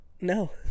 No